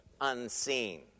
unseen